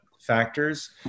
factors